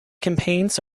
campaigns